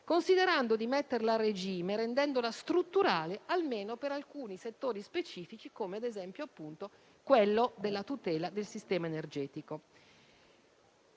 considerando di metterla a regime e rendendola strutturale almeno per alcuni settori specifici, come ad esempio quello della tutela del sistema energetico.